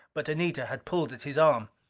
but anita had pulled at his arm.